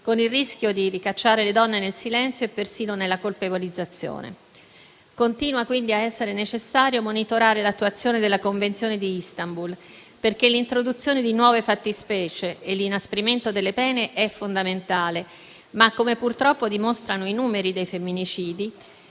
con il rischio di ricacciare le donne nel silenzio e persino nella colpevolizzazione. Continua, quindi, ad essere necessario monitorare l'attuazione della Convenzione di Istanbul, perché l'introduzione di nuove fattispecie e l'inasprimento delle pene è fondamentale, ma - come purtroppo dimostrano i numeri dei femminicidi,